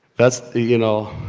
that's the, you know,